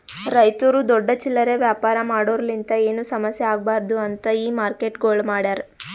ರೈತುರು ದೊಡ್ಡ ಚಿಲ್ಲರೆ ವ್ಯಾಪಾರ ಮಾಡೋರಲಿಂತ್ ಏನು ಸಮಸ್ಯ ಆಗ್ಬಾರ್ದು ಅಂತ್ ಈ ಮಾರ್ಕೆಟ್ಗೊಳ್ ಮಾಡ್ಯಾರ್